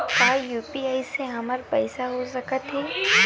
का यू.पी.आई से हमर पईसा हो सकत हे?